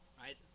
right